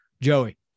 Joey